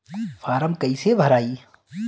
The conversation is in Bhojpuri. फारम कईसे भराई?